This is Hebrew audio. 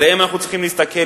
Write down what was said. עליהם אנחנו צריכים להסתכל,